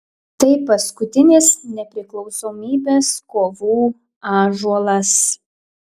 tai paskutinis nepriklausomybės kovų ąžuolas